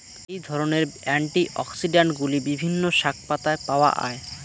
এই ধরনের অ্যান্টিঅক্সিড্যান্টগুলি বিভিন্ন শাকপাতায় পাওয়া য়ায়